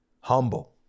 humble